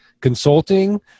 consulting